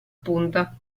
punta